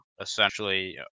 essentially